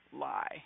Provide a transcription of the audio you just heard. lie